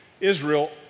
israel